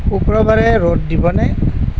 শুক্ৰবাৰে ৰ'দ দিবনে